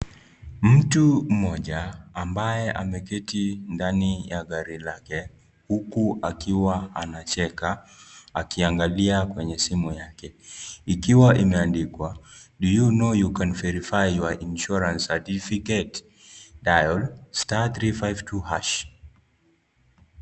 Mtu mmoja ambaye ameketi ndani ya gari lake huku akiwa anacheka akiangalia kwenye simu yake. Ikiwa imeandikwa do you know you can verify your insurance certificate? dial *352* .